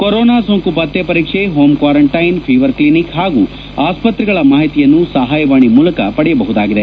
corona ಸೋಂಕು ಪತ್ತೆ ಪರೀಕ್ಷೆ ಹೊಂ ಕ್ವಾರಂಟೈನ್ ಫೀವರ್ ಕ್ಲಿನಿಕ್ ಹಾಗೂ ಅಸ್ಪತ್ರೆಗಳ ಮಾಹಿತಿಯನ್ನು ಸಹಾಯವಾಣಿ ಮೂಲಕ ಪಡೆಯಬಹುದಾಗಿದೆ